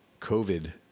COVID